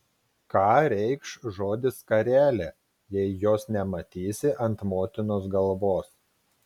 ką reikš žodis skarelė jei jos nematysi ant motinos galvos